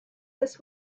this